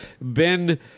Ben